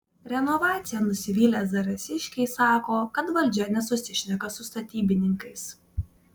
renovacija nusivylę zarasiškiai sako kad valdžia nesusišneka su statybininkais